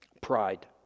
Pride